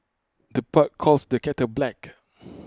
the pot calls the kettle black